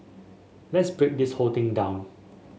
let's break this whole thing down